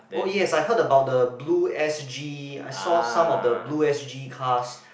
oh yes I heard about the Blue-S_G I saw some of the Blue-S_G cars